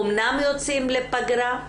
אמנם יוצאים לפגרה,